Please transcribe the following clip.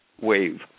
wave